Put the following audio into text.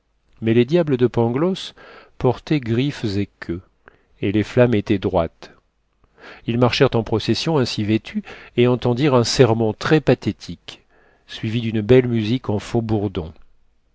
mais les diables de pangloss portaient griffes et queues et les flammes étaient droites ils marchèrent en procession ainsi vêtus et entendirent un sermon très pathétique suivi d'une belle musique en